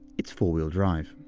it's four-wheel drive.